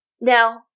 Now